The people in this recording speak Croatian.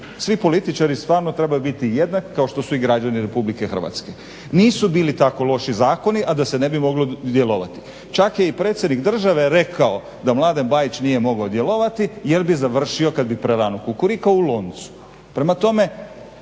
Svi političari trebaju biti jednaki kao što su i građani RH. Nisu bili tako loši zakoni, a da se ne bi moglo djelovati. Čak je i predsjednik države rekao da Mladen Bajić nije mogao djelovati jer bi završio kad bi prerano kukurikao u loncu. Prema tome,